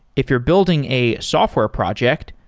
if you're building a software project,